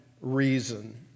reason